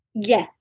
yes